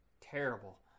terrible